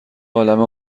عالمه